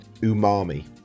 umami